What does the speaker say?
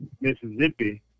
Mississippi